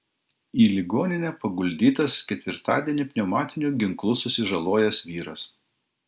į ligoninę paguldytas ketvirtadienį pneumatiniu ginklu susižalojęs vyras